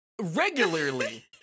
regularly